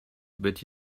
but